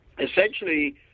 essentially